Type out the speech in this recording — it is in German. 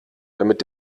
damit